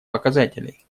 показателей